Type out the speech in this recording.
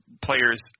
players